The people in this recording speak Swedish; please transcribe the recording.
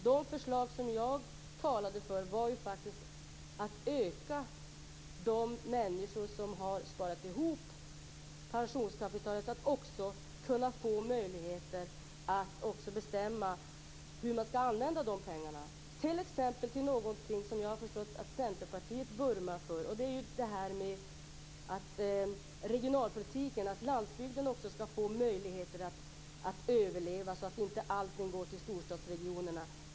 De förslag som jag talade för innebär faktiskt att man ökar möjligheterna för de människor som har sparat ihop pensionskapitalet så att de får bestämma hur de pengarna skall användas, t.ex. till någonting som jag har förstått att Centerpartiet vurmar för, nämligen regionalpolitiken och att landsbygden också skall få möjligheter att överleva så att inte allting går till storstadsregionerna.